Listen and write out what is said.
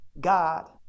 God